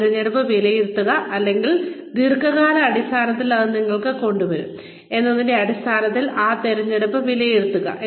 ആ തിരഞ്ഞെടുപ്പ് വിലയിരുത്തുക അല്ലെങ്കിൽ ദീർഘകാലാടിസ്ഥാനത്തിൽ അത് നിങ്ങൾക്ക് എന്ത് കൊണ്ടുവരും എന്നതിന്റെ അടിസ്ഥാനത്തിൽ ആ തിരഞ്ഞെടുപ്പ് വിലയിരുത്തുക